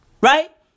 right